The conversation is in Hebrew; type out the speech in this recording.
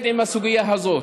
להתמודד עם הסוגיה הזאת.